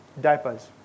diapers